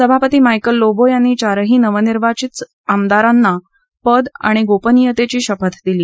सभापती मायकल लोबो यांनी चारही नवनिर्वाचित आमदारांना पद आणि गोपनियतेची शपथ दिली